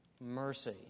mercy